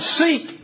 seek